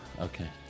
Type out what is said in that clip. okay